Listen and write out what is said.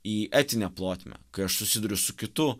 į etinę plotmę kai aš susiduriu su kitu